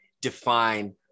define